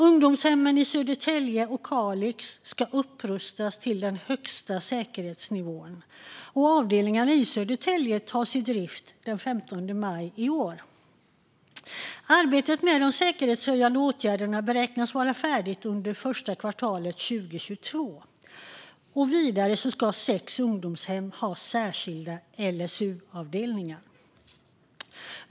Ungdomshemmen i Södertälje och Kalix ska upprustas till den högsta säkerhetsnivån. Avdelningarna i Södertälje tas i drift den 15 maj i år. Arbetet med de säkerhetshöjande åtgärderna beräknas vara färdigt under det första kvartalet 2022. Vidare ska sex ungdomshem ha särskilda LSU-avdelningar.